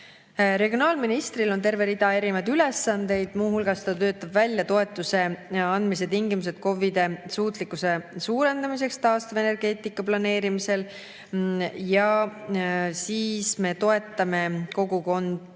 Regionaalministril on terve rida erinevaid ülesandeid. Muu hulgas ta töötab välja toetuse andmise tingimused KOV-ide suutlikkuse suurendamiseks taastuvenergeetika planeerimisel. Me toetame kogukondade,